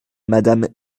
madame